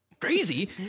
Crazy